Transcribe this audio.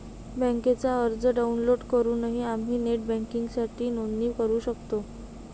बँकेचा अर्ज डाउनलोड करूनही आम्ही नेट बँकिंगसाठी नोंदणी करू शकतो